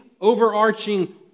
overarching